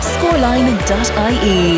Scoreline.ie